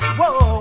whoa